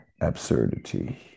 absurdity